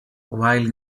while